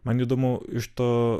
man įdomu iš to